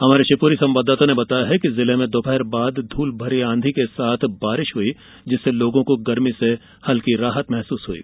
हमारे शिवपुरी संवाददाता ने बताया कि जिले में दोपहर बाद धूल भरी आंधी के साथ बारिश हुई जिससे लोगों को गरमी से हल्की राहत महसूस हुई